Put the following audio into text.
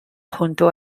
junto